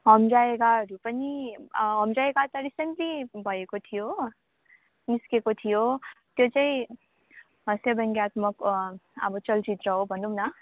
हम जाएगाहरू पनि हम जाएगा त रिसेन्टली भएको थियो हो निस्केको थियो त्यो चैँ हास्य ब्यङ्गात्मक आबो चलचित्र हो भनुम् न